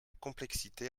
complexité